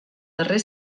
darrer